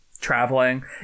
traveling